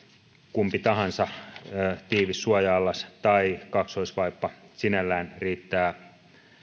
kumpi tahansa tiivis suoja allas tai kaksoisvaippa sinällään riittää